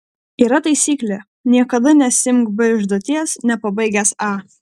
yra taisyklė niekada nesiimk b užduoties nepabaigęs a